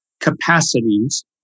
capacities